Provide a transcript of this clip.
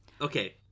Okay